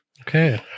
Okay